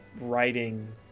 writing